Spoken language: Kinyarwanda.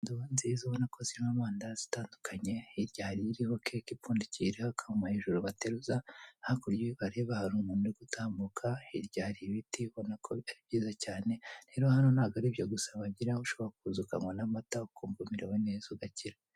Indobo nziza ubona ko zirimo amandazi atandukanye. Hirya hari iriho keke ipfundikiye iriho akantu hejuru bateruza. Hakurya iyo uhareba hari umuntu uri gutambuka, hirya hari ibiti ubonako ari byiza cyane. Rero hano ntabwo ari ibyo gusa bagira, ushobora kuza ukanywa n'amata, ukumva umerewe neza ugakira.